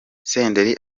senderi